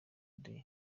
day